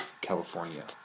California